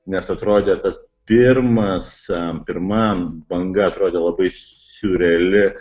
nes atrodė tas pirmas pirma banga atrodė labai siurreali